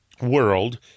world